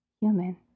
human